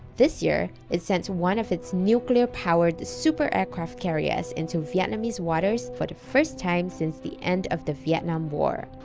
this year, it sent one of its nuclear-powered super aircraft carriers into vietnamese waters for the first time since the end of the vietnam war.